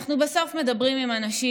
אנחנו בסוף מדברים עם אנשים,